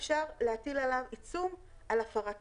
אפשר להטיל עליו עיצום על הפרת הצו.